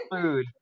Food